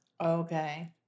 Okay